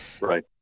Right